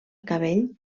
cabell